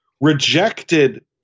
rejected